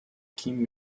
kim